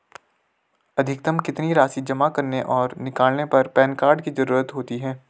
अधिकतम कितनी राशि जमा करने और निकालने पर पैन कार्ड की ज़रूरत होती है?